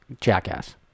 Jackass